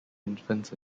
infants